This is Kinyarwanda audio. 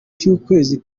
cy’ukwezi